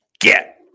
get